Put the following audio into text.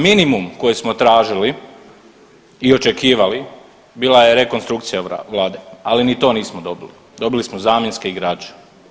Minimum koji smo tražili i očekivali bila je rekonstrukcija Vlade, ali ni to nismo dobili, dobili smo zamjenske igrače.